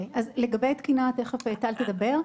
אז לגבי תקינה תכף טל תדבר.